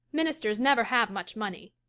ministers never have much money.